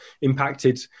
impacted